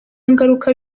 ngaruka